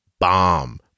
bomb